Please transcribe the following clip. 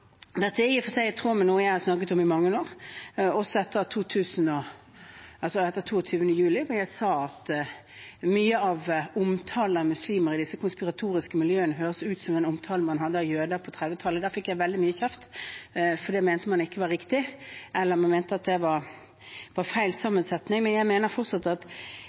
for seg i tråd med noe jeg har snakket om i mange år, også etter 22. juli, da jeg sa at mye av omtalen av muslimer i disse konspiratoriske miljøene høres ut som den man hadde om jøder på 1930-tallet. Da fikk jeg veldig mye kjeft, for det mente man ikke var riktig eller var feil sammensetning. Jeg mener fortsatt at